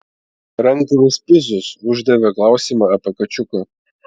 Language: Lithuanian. rankinis pizius uždavė klausimą apie kačiuką